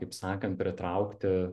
kaip sakant pritraukti